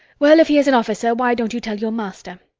well, if he is an officer why don't you tell your master?